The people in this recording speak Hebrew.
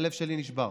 הלב שלי נשבר,